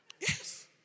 Yes